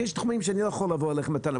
כי יש תחומים שאני לא יכול לבוא אליכם בטענות,